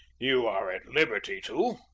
you are at liberty to.